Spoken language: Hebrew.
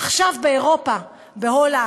עכשיו באירופה, בהולנד,